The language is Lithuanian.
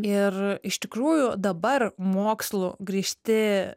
ir iš tikrųjų dabar mokslu grįsti